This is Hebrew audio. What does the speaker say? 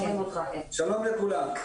שלום לכולם.